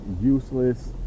useless